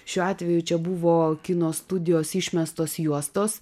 šiuo atveju čia buvo kino studijos išmestos juostos